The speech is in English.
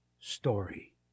story